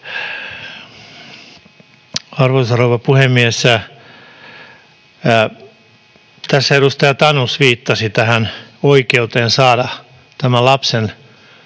Arvoisa rouva puhemies! Tässä edustaja Tanus viittasi lapsen oikeuteen saada tietää